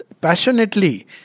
passionately